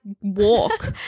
walk